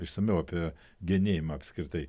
išsamiau apie genėjimą apskritai